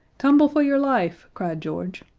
tumble for your life! cried george,